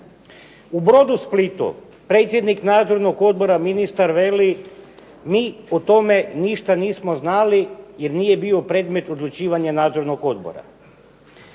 U Brodosplitu predsjednik Nadzornog odbora ministar veli mi o tome ništa nismo znali jer nije bio predmet odlučivanja nadzornog odbora.